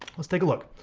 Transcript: let's take a look.